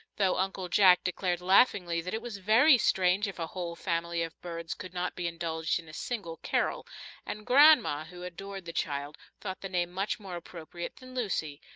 though uncle jack declared laughingly that it was very strange if a whole family of birds could not be indulged in a single carol and grandma, who adored the child, thought the name much more appropriate than lucy,